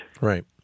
Right